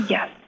Yes